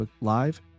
Live